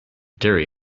dairy